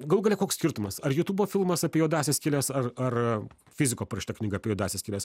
galų gale koks skirtumas ar jutubo filmas apie juodąsias skyles ar ar fiziko parašyta knyga apie juodąsias skyles